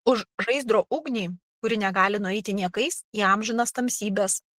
už žaizdro ugnį kuri negali nueiti niekais į amžinas tamsybes